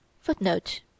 Footnote